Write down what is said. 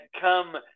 come